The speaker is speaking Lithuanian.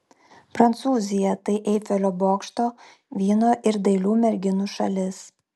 prancūzija tai eifelio bokšto vyno ir dailių merginų šalis